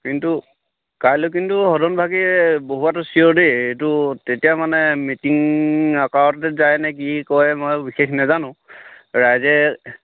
কিন্তু কাইলৈ কিন্তু সদনভাগি বহোৱাটো চিয়ৰ দেই এইটো তেতিয়া মানে মিটিং আকাৰতে যায়নে কি কয় মই বিশেষ নাজানো ৰাইজে